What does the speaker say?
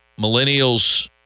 millennials